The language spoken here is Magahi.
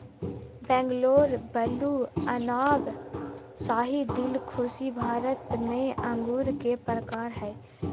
बैंगलोर ब्लू, अनाब ए शाही, दिलखुशी भारत में अंगूर के प्रकार हय